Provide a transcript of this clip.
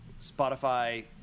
Spotify